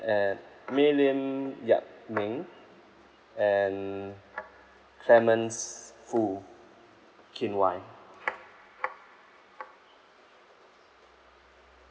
at may lin yap ming and clement foo kin wai